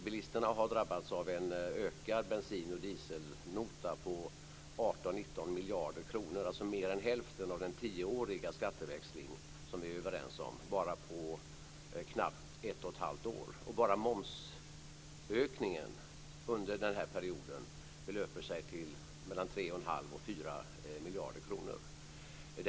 Bilisterna har drabbats av en ökad bensin och dieselnota på 18-19 miljarder kronor, alltså mer än hälften av den tioåriga skatteväxling som vi är överens om, på knappt ett och ett halvt år. Bara momsökningen under den här perioden belöper sig till mellan 3 1⁄2 och 4 miljarder kronor.